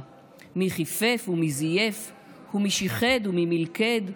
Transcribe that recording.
/ מי חיפף ומי זייף ומי שיחד ומי מלכד,